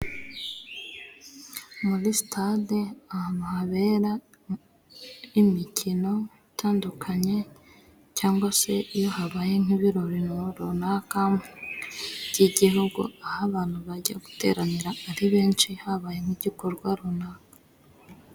Muri sitade ahantu habera imikino itandukanye, cyangwa se iyo habayemo ibirori runaka by'igihugu, aho abantu bajya guteranira ari benshi habaye nk'igikorwa runaka.